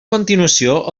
continuació